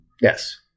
Yes